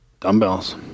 dumbbells